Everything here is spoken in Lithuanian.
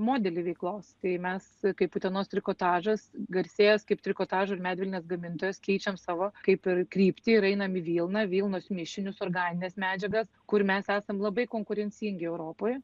modelį veiklos tai mes kaip utenos trikotažas garsėjęs kaip trikotažo ir medvilnės gamintojas keičiam savo kaip ir kryptį ir einam į vilną vilnos mišinius organines medžiagas kur mes esam labai konkurencingi europoje